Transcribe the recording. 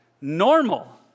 Normal